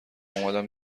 اومدم